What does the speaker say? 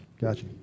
Gotcha